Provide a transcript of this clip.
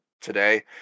today